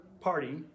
party